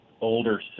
older